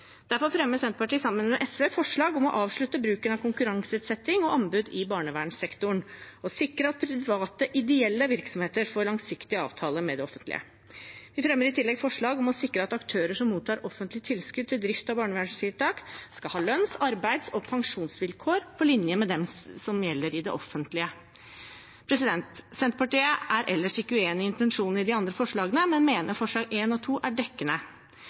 Derfor fremmer Senterpartiet sammen med SV forslag om å avslutte bruken av konkurranseutsetting og anbud i barnevernssektoren og sikre at private ideelle virksomheter får langsiktige avtaler med det offentlige. Vi fremmer i tillegg forslag om å sikre at aktører som mottar offentlige tilskudd til drift av barnevernstiltak, skal ha lønns-, arbeids- og pensjonsvilkår på linje med dem som gjelder i det offentlige. Senterpartiet er ellers ikke uenig i intensjonene i de andre forslagene, men mener forslagene nr. 1 og 2 er dekkende.